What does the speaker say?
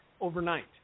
overnight